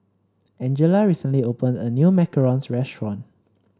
Angela recently opened a new macarons restaurant